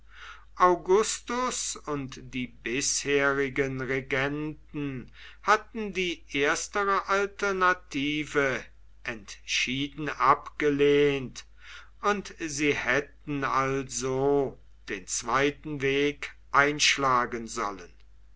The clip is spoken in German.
augustus und die bisherigen regenten hatten die erstere alternative entschieden abgelehnt und sie hätten also den zweiten weg einschlagen sollen